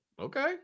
Okay